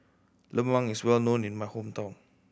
lemang is well known in my hometown